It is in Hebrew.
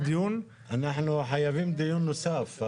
אנחנו חייבים דיון נוסף.